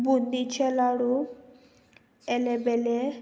बुंदीचे लाडू आलेबेले